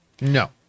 No